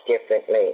differently